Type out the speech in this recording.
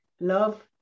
love